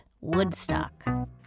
Woodstock